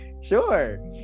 sure